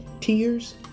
tears